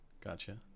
Gotcha